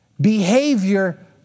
behavior